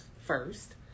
first